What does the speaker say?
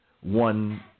One